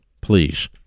please